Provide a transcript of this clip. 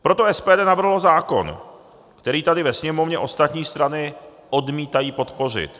Proto SPD navrhlo zákon, který tady ve Sněmovně ostatní strany odmítají podpořit.